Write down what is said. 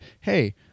Hey